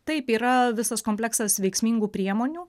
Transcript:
taip yra visas kompleksas veiksmingų priemonių